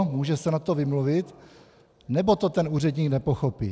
Může se na to vymluvit, nebo to ten úředník nepochopí?